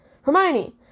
Hermione